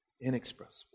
Inexpressible